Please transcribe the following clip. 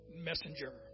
messenger